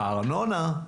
בארנונה,